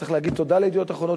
צריך להגיד תודה ל"ידיעות אחרונות",